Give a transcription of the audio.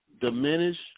diminish